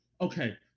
okay